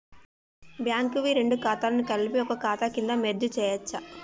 Bank వి రెండు ఖాతాలను కలిపి ఒక ఖాతా కింద మెర్జ్ చేయచ్చా?